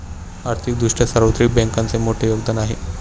आर्थिक दृष्ट्या सार्वत्रिक बँकांचे मोठे योगदान आहे